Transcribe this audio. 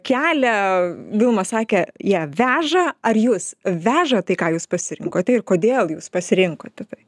kelią vilma sakė ją veža ar jus veža tai ką jūs pasirinkote ir kodėl jūs pasirinkote tai